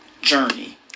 journey